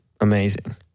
amazing